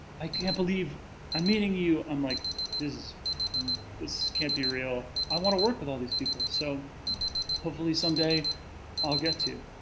i can't believe i'm meeting you. i'm like. this this can't be real. i wanna work with all these people, so hopefully someday i'll get to.